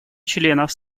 членов